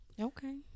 Okay